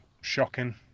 Shocking